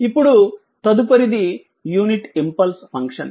ఇప్పుడు తదుపరిది unit impulse function